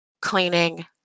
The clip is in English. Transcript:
cleaning